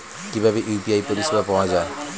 কিভাবে ইউ.পি.আই পরিসেবা পাওয়া য়ায়?